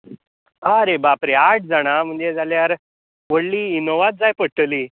आरे बाप रे आठ जाणां म्हणजे जाल्यार व्हडली इनोवाच जाय पडटली